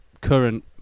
current